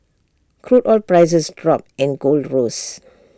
crude oil prices dropped and gold rose